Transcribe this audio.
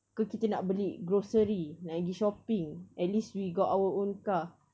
ke kita nak beli grocery nak pergi shopping at least we got our own car